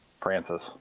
Francis